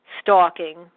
stalking